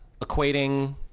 equating